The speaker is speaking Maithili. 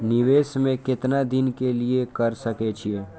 निवेश में केतना दिन के लिए कर सके छीय?